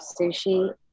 sushi